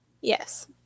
Yes